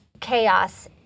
chaos